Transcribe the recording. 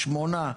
שמונה,